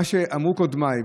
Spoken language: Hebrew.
מה שאמרו קודמיי,